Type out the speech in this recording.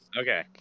Okay